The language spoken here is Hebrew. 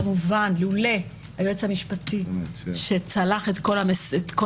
כמובן שלולא היועץ המשפטי שצלח את כל